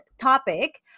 topic